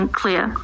clear